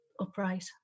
upright